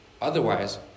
Otherwise